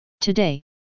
Today